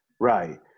Right